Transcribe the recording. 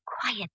quiet